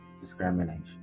discrimination